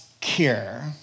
care